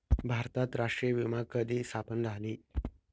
भारतात राष्ट्रीय विमा कंपनी कधी स्थापन झाली?